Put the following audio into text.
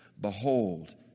Behold